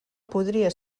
podria